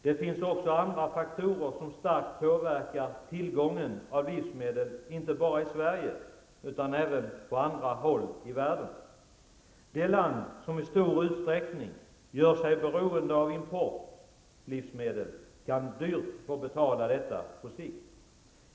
Det finns också andra faktorer som kraftigt påverkar tillgången på livsmedel, inte bara i Sverige utan även på andra håll i världen. Det land som i stor utsträckning gör sig beroende av import av livsmedel kan dyrt få betala detta på sikt.